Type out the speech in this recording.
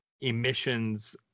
emissions